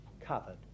covered